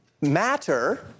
matter